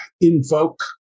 invoke